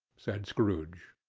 said scrooge.